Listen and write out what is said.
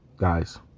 Guys